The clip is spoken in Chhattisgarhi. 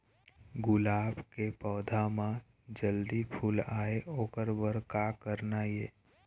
गुलाब के पौधा म जल्दी फूल आय ओकर बर का करना ये?